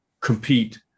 compete